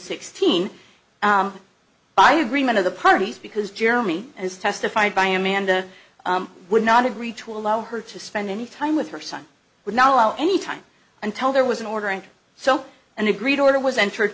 sixteen by agreement of the parties because jeremy as testified by amanda would not agree to allow her to spend any time with her son would not allow any time until there was an order and so an agreed order was entered